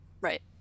right